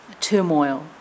turmoil